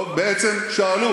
טוב, בעצם שאלו.